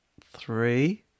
Three